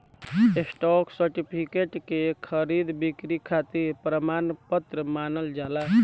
stock certificate के खरीद बिक्री खातिर प्रमाण पत्र मानल जाला